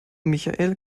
michael